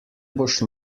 boš